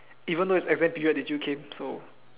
even though is exam period they still came so